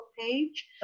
page